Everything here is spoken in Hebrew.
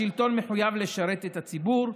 השלטון מחויב לשרת את הציבור,